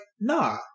nah